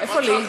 אוקיי,